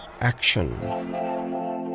Action